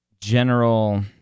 general